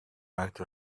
outer